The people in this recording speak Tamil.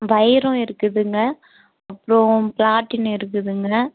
வைரம் இருக்குதுங்க அப்புறம் ப்ளாட்டினம் இருக்குதுங்க